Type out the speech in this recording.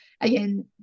again